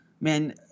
man